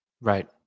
Right